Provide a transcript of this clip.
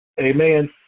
amen